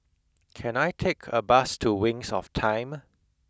can I take a bus to Wings of Time